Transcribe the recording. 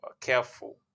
careful